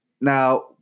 Now